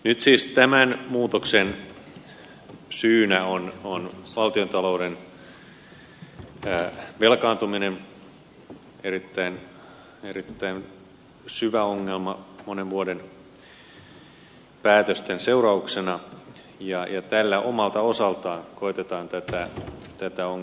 nyt siis tämän muutoksen syynä on valtiontalouden velkaantuminen erittäin syvä ongelma monen vuoden päätösten seurauksena ja tällä omalta osaltaan koetetaan tätä ongelmaa korjata